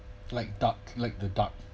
like duck like the duck